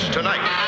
Tonight